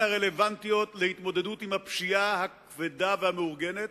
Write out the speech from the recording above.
הרלוונטיות להתמודדות עם הפשיעה הכבדה והמאורגנת,